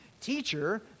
Teacher